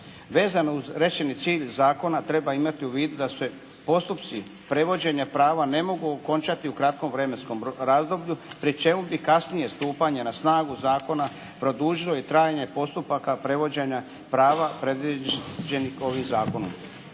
Vezano uz rečeni cilj zakona treba imati u vidu da se postupci prevođenja prava ne mogu okončati u kratkom vremenskom razdoblju pri čemu bi kasnije stupanje na snagu zakona produžilo i trajanje postupaka prevođenja prava predviđenih ovim Zakonom.